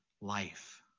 life